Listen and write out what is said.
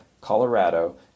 Colorado